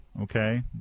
Okay